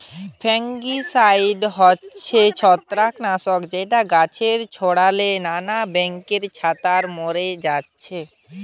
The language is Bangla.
ফাঙ্গিসাইড হচ্ছে ছত্রাক নাশক যেটা গাছে ছোড়ালে নানান ব্যাঙের ছাতা মোরে যাচ্ছে